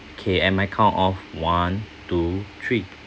okay and my count of one two three